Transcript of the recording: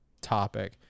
topic